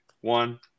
one